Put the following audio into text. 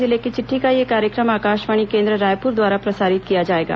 जिले की चिट्ठी का यह कार्यक्रम आकाशवाणी केंद्र रायप्र द्वारा प्रसारित किया जाएगा